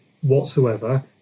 whatsoever